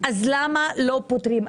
אז למה לא פותרים?